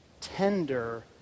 tender